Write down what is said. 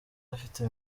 afite